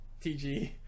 TG